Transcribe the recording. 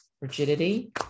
Rigidity